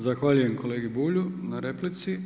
Zahvaljujem kolegi Bulju na replici.